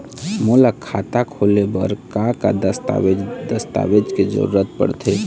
मोला खाता खोले बर का का दस्तावेज दस्तावेज के जरूरत पढ़ते?